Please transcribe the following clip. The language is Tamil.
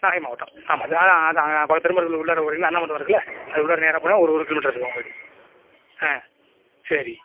நாகை மாவட்டம் ஆமாம் அதுதான் பக்கத்தில் திருமருகல் உள்ளார போவிங்கல்ல அண்ணா மண்டபம் இருக்கில்ல அதுக்குள்ள நேராக போனீங்கனால் ஒரு ஒரு கிலோமீட்டர் இருக்கும் அவங்க வீடு ஆ சரி